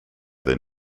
than